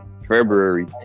February